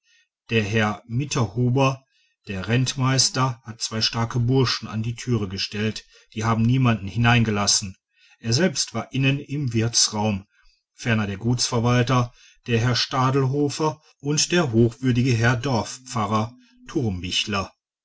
der herr mitterhuber der rentmeister hat zwei starke burschen an die türe gestellt die haben niemanden hineingelassen er selbst war innen im wirtsraum ferner der gutsverwalter der herr stadelhofer und der hochwürdige herr dorfpfarrer